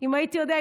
אם הייתי יודע,